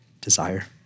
desire